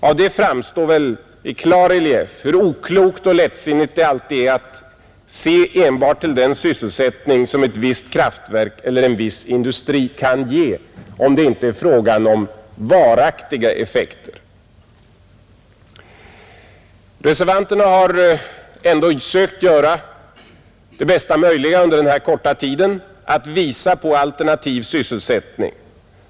Av det framstår väl i klar relief hur oklokt och lättsinnigt det alltid är att se enbart till den sysselsättning som ett visst kraftverk eller en viss industri kan ge, såvida det inte är fråga om varaktiga effekter. Reservanterna har ändå under den korta tid som stått till buds sökt göra det bästa möjliga för att visa på alternativ sysselsättning.